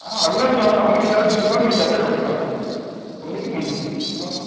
आं हाडूं नाका तूं आसा हांव विचार दुसऱ्या फावट विचारतां डॉक्टर हांव पळोया कितें म्हणटा तो आं